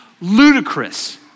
ludicrous